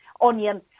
onion